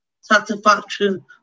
satisfaction